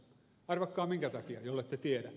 arvatkaa minkä takia jollette tiedä